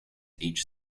each